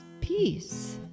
peace